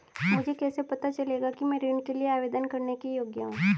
मुझे कैसे पता चलेगा कि मैं ऋण के लिए आवेदन करने के योग्य हूँ?